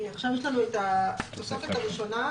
עכשיו יש לנו את התוספת הראשונה,